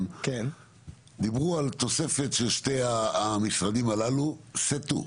דיברו על תוספת של שני המשרדים הללו סה-טו.